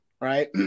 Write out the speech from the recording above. Right